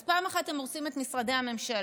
אז פעם אחת הם הורסים את משרדי הממשלה,